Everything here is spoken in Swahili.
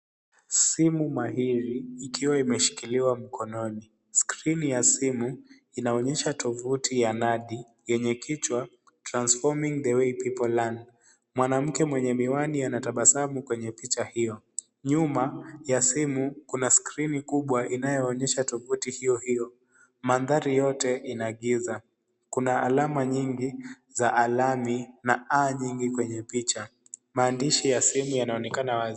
Simu mahiri ikiwa imeshikiliwa mkononi. Skrini ya simu inaonyesha tovuti ya nedi yenye kichwa transforming the way people learn . Mwanamke mwenye miwani anatabasamu kwenye picha hiyo. Nyuma ya simu kuna skrini kubwa inayoonyesha tovuti hiyo hiyo. Mandhari yote ina giza. Kuna alama nyingi za alamy na a nyingi kwenye picha. Maandishi ya simu yanaonekana wazi.